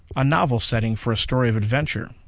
a novel setting for a story of adventure.